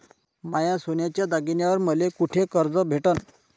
माया सोन्याच्या दागिन्यांइवर मले कुठे कर्ज भेटन?